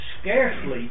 scarcely